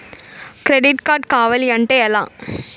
Credit card కావాలి అంటే ఎలా?